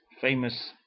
famous